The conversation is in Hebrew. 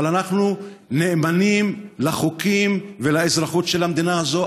אבל אנחנו נאמנים לחוקים ולאזרחות של המדינה הזאת.